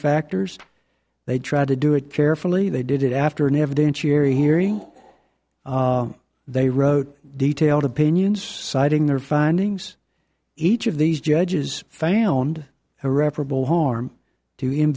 factors they tried to do it carefully they did it after an evidence year hearing they wrote detailed opinions citing their findings each of these judges found her reparable harm